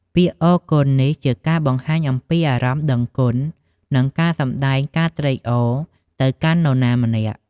ពាក្យអរគុណនេះជាការបង្ហាញអំពីអារម្មណ៍ដឹងគុណ និងការសម្ដែងការត្រេកអរទៅកាន់នរណាម្នាក់។